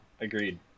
agreed